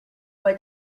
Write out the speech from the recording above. what